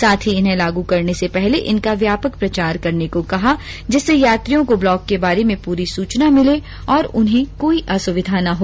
साथ ही इन्हें लागू करने से पहले इनका व्यापक प्रचार करने को कहा जिससे यात्रियों को ब्लॉक के बारे में पूरी सूचना मिले और उन्हें कोई असुविधा न हो